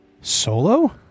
Solo